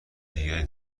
دیگه